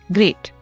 Great